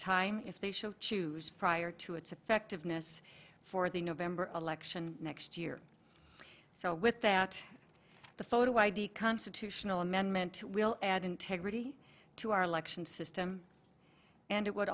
time if they should choose prior to its effectiveness for the november election next year so with that the photo id constitutional amendment will add integrity to our election system and it would